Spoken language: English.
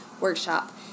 workshop